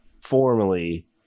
formally